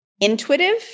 intuitive